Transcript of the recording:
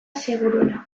seguruena